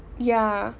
ya